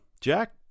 Jack